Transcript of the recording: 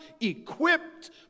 equipped